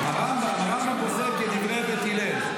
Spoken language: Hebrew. הרמב"ם, הרמב"ם פוסק כדברי בית הלל.